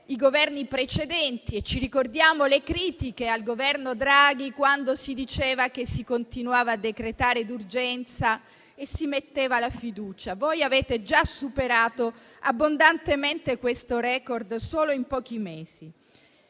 i Governi precedenti. Ricordiamo le critiche al Governo Draghi, quando si diceva che si continuava a decretare d'urgenza e a mettere la fiducia. Ebbene, voi avete già superato abbondantemente questo *record* solo in pochi mesi.